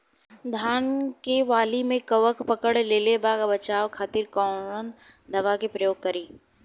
धान के वाली में कवक पकड़ लेले बा बचाव खातिर कोवन दावा के प्रयोग करी?